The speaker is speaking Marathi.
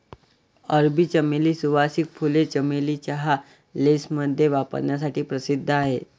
अरबी चमेली, सुवासिक फुले, चमेली चहा, लेसमध्ये वापरण्यासाठी प्रसिद्ध आहेत